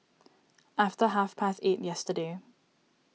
after half past eight yesterday